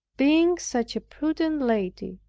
being such a prudent lady,